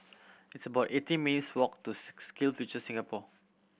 it's about eighteen minutes' walk to SkillsFuture Singapore